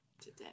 today